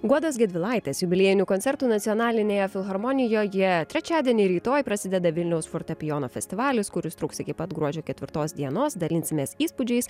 guodos gedvilaitės jubiliejinių koncertų nacionalinėje filharmonijoje trečiadienį rytoj prasideda vilniaus fortepijono festivalis kuris truks iki pat gruodžio ketvirtos dienos dalinsimės įspūdžiais